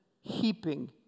heaping